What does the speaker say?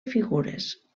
figures